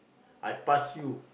I pass you